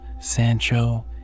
Sancho